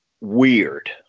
weird